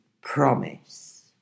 promise